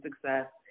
success